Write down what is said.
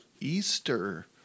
Easter